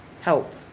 help